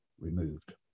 removed